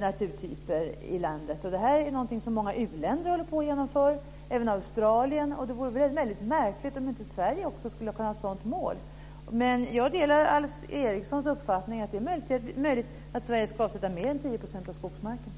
naturtyper. Detta håller många u-länder och även Australien på att genomföra, och det vore väldigt märkligt om inte också Sverige skulle kunna ha ett sådant mål. Jag delar Alf Erikssons uppfattning att det är möjligt att Sverige ska avsätta mer än 10 % av skogsmarken.